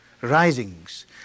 Risings